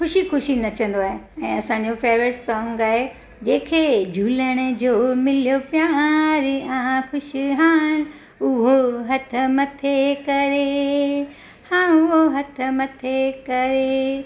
ख़ुशी ख़ुशी नचंदो आहे ऐं असांजो फ़ेवरेट सॉन्ग आहे